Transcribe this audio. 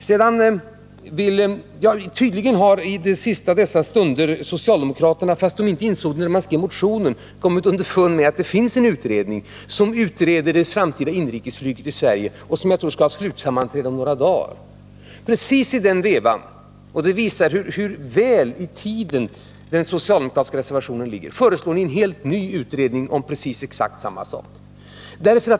Socialdemokraterna har tydligen i den sista av dessa stunder kommit underfund med — trots att de inte insåg det när de skrev motionen — att det finns en utredning av det framtida inrikesflyget i Sverige. Den skall ha slutsammanträde om några dagar, tror jag. Precis i den vevan — det visar hur väl den socialdemokratiska reservationen ligger i tiden — föreslår ni en helt ny utredning om exakt samma sak.